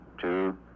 two